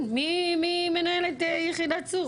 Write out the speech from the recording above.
מי מנהל את יחידת צור?